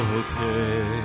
okay